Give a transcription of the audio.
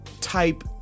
type